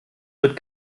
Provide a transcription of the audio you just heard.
wird